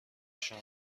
شما